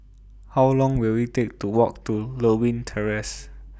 How Long Will IT Take to Walk to Lewin Terrace